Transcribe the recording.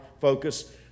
focus